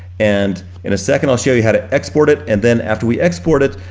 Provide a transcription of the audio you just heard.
and in a second, i'll show you how to export it and then after we export it,